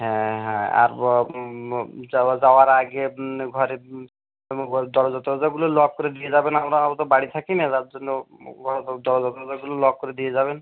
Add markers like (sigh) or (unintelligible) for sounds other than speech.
হ্যাঁ হ্যাঁ আর চলে যাওয়ার আগে ঘরে মো ঘরের দরজা টরজাগুলো লক করে দিয়ে যাবেন আমরা ও তো বাড়ি থাকি না যার জন্যেও (unintelligible) দরজা ঠরজাগুলো লক করে দিয়ে যাবেন